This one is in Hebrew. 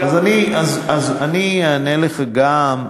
אז אני אענה לך גם,